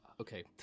Okay